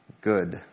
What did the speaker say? good